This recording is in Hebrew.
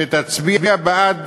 שתצביע בעד